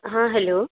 हँ हेलो